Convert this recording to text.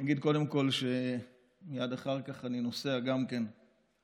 אני אגיד קודם כול שמייד אחר כך אני נוסע גם כן להשתתף